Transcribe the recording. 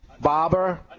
Barber